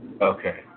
Okay